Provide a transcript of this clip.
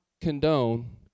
condone